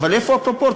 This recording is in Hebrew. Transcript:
אבל איפה הפרופורציה?